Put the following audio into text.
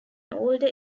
older